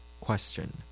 Question